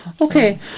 Okay